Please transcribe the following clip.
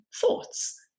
thoughts